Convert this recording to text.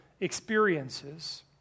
experiences